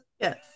Yes